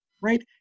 Right